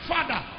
Father